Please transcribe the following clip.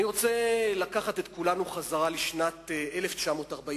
אני רוצה לקחת את כולנו חזרה לשנת 1942,